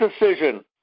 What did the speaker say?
decision